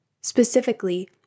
Specifically